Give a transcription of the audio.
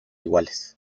iguales